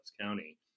County